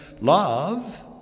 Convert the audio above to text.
love